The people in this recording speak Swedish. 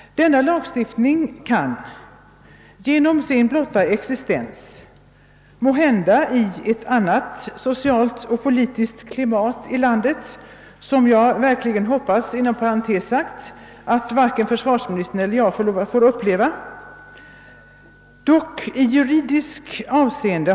Denna lag kan tillämpas — måhända i ett annat socialt och politiskt klimat i landet, som jag verkligen hoppas att varken försvarsministern eller jag får uppleva.